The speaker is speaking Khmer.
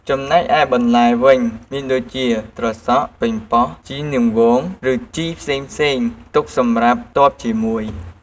ចំណែកឯបន្លែវិញមានដូចជា ត្រសក់ ប៉េងប៉ោះ ជីរនាងវង ឬ ជីរផ្សេងៗ ទុកសម្រាប់ផ្ទាប់ជាមួយ។